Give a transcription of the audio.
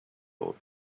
old